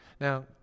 Now